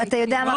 מי